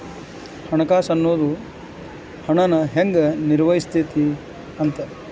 ಹಣಕಾಸು ಅನ್ನೋದ್ ಹಣನ ಹೆಂಗ ನಿರ್ವಹಿಸ್ತಿ ಅಂತ